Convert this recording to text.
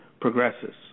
progresses